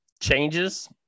changes